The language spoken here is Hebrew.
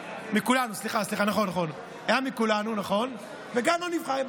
סליחה, מכולנו, נכון, וגם הוא נבחר.